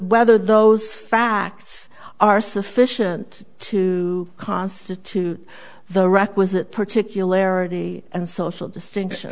whether those facts are sufficient to constitute the requisite particularities and social distinction